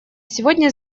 сегодня